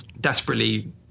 desperately